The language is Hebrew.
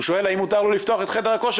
הוא שואל האם מותר לו לפתוח את חדר הכושר